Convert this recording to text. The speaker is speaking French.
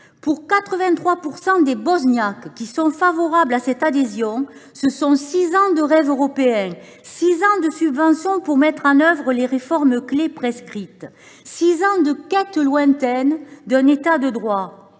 Pour 83 % des Bosniaques, favorables à cette adhésion, ce sont six ans de rêve européen, six ans de subventions pour mettre en œuvre les réformes clés prescrites, six ans de quête lointaine d’un État de droit,